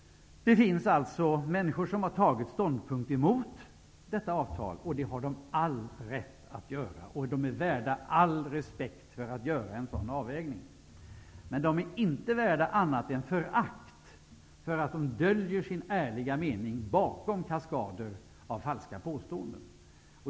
Det finns alltså människor som har tagit ställning mot detta avtal. Det har de all rätt att göra, och de är värda all respekt när de gör en sådan avvägning. Men de är inte värda annat än förakt för att de döljer sin ärliga mening bakom kaskader av falska påståenden.